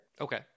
Okay